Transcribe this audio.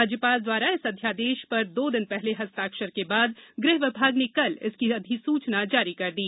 राज्यपाल द्वारा इस अध्यादेश पर दो दिन पहले हस्ताक्षर के बाद गृहविभाग ने कल इसकी अधिसूचना जारी कर दी